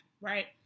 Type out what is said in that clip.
right